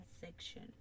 section